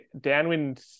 downwind